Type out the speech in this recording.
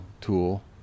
tool